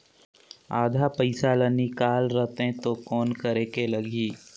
आधा पइसा ला निकाल रतें तो कौन करेके लगही?